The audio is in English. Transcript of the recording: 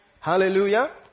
Hallelujah